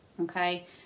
okay